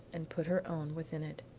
and put her own within it.